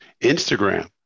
Instagram